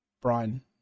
Brian